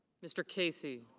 mr. casey.